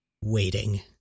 Waiting